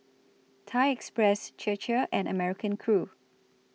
Thai Express Chir Chir and American Crew